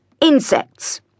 insects